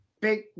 big